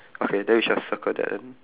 okay then we shall circle then